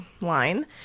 line